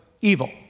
evil